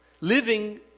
living